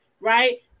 right